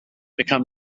become